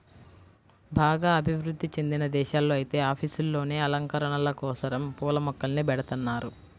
బాగా అభివృధ్ధి చెందిన దేశాల్లో ఐతే ఆఫీసుల్లోనే అలంకరణల కోసరం పూల మొక్కల్ని బెడతన్నారు